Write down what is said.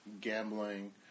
gambling